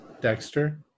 Dexter